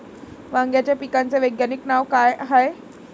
वांग्याच्या पिकाचं वैज्ञानिक नाव का हाये?